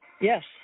Yes